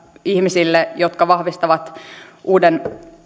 ihmisille jotka vahvistavat uuden